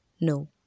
No